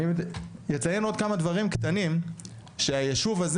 אני אציין עוד כמה דברים קטנים שהיישוב הזה